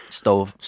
stove